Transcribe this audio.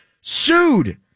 Sued